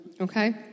okay